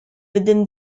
within